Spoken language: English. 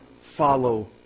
follow